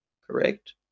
correct